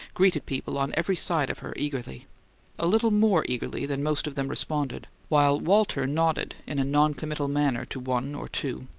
greeted people on every side of her eagerly a little more eagerly than most of them responded while walter nodded in a noncommittal manner to one or two,